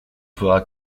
fera